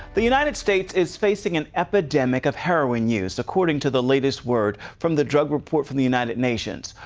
the united states is facing an epidemic of heroin use, according to the latest word from the drug report from the united nations.